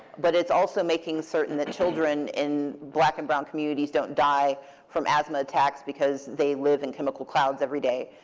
but it's also making certain that children in black and brown communities don't die from asthma attacks, because they live in chemical clouds every day.